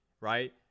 right